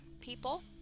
people